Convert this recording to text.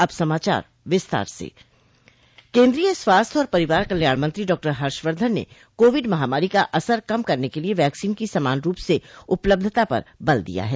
अब समाचार विस्तार से केंद्रीय स्वास्थ्य और परिवार कल्याण मंत्री डॉ हर्षवर्धन ने कोविड महामारी का असर कम करने के लिए वैक्सीन की समान रूप से उपलब्धता पर बल दिया है